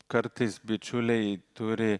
kartais bičiuliai turi